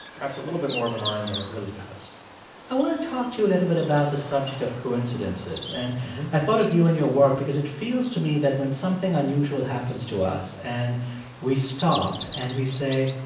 perhaps, a little bit more of a mind than it really does i want to talk to you a little bit about the subject of coincidences. and i thought of you and your work because it feels to me that when something unusual happens to us and we stop, and we say,